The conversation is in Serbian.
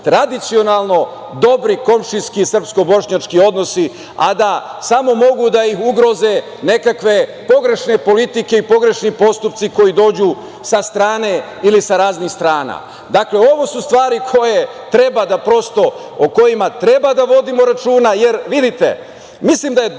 tradicionalno dobri komšijski srpsko-bošnjački odnosi, a da samo mogu da ih ugroze nekakve pogrešne politike i pogrešni postupci, koji dođu sa strane ili sa raznih strana. Dakle, ovo su stvari o kojima treba da vodimo računa, jer vidite, mislim da je dovoljno